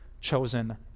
chosen